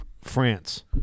france